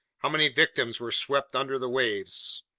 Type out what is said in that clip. how many victims were swept under the waves!